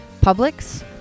Publix